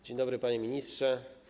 Dzień dobry, panie ministrze.